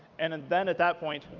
and and then, at that point,